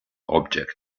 object